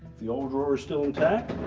the old drawer is still intact,